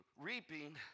reaping